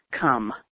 come